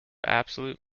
absolute